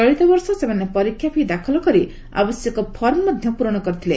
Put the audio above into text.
ଚଳିତ ବର୍ଷ ସେମାନେ ପରକ୍ଷୀ ଫି ଦାଖଲ କରି ଆବଶ୍ୟକ ଫର୍ମ ମଧ୍ଧ ପୁରଣ କରିଥିଲେ